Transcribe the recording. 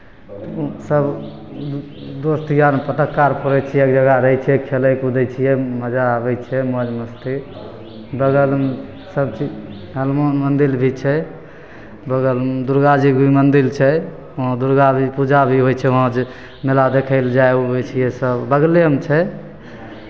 सभ दोस्त यार फटक्का आर फोड़ै छियै एक जगह रहै छियै खेलै कूदै छियै मजा आबै छै मौज मस्ती बगलमे सभ चीज हनुमान मन्दिर भी छै बगलमे दुर्गाजीके भी मन्दिर छै वहाँ दुर्गा भी पूजा भी होइ छै वहाँ जे मेला देखय लए जाइ उइ छियै सभ बगलेमे छै